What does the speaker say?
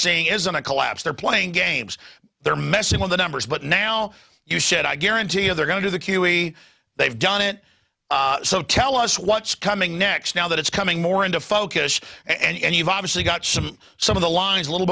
seeing isn't a collapse they're playing games they're messing with the numbers but now you said i guarantee you they're going to do the q e they've done it so tell us what's coming next now that it's coming more into focus and you've obviously got some some of the lines a little